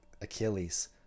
Achilles